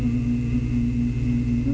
and